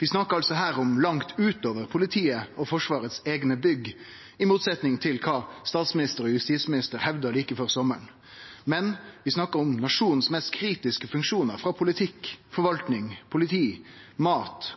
Vi snakkar altså her om sikring langt utover dei eigne bygga til politiet og Forsvaret, i motsetnad til kva statsministeren og justisministeren hevda like før sommaren. Vi snakkar om nasjonen sine mest kritiske funksjonar: politikk, forvalting, politi, mat,